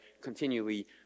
continually